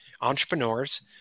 entrepreneurs